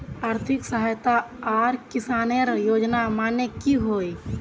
आर्थिक सहायता आर किसानेर योजना माने की होय?